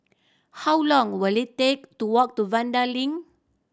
how long will it take to walk to Vanda Link